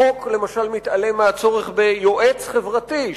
החוק למשל מתעלם מהצורך ביועץ חברתי,